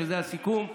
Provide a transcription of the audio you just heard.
שזה הסיכום,